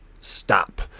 stop